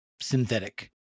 synthetic